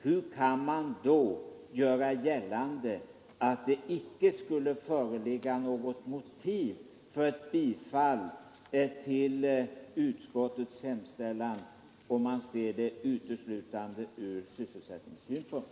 Hur kan han då göra gällande att det icke skulle föreligga något motiv för ett bifall till utskottets hemställan, om han ser anslagsfrågan uteslutande ur sysselsättningssynpunkt?